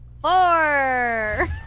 Four